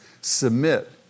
submit